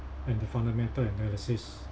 and the fundamental analysis